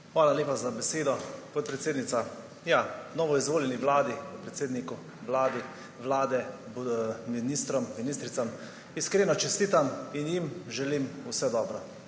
Hvala lepa za besedo, podpredsednica. Novoizvoljeni vladi in predsedniku Vlade, ministrom, ministricam iskreno čestitam in jim želim vse dobro.